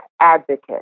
advocate